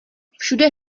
všude